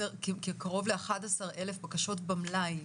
קרוב ל-11,000 בקשות במלאי,